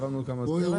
עברנו גם את זה.